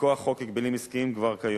מכוח חוק ההגבלים העסקיים כבר כיום.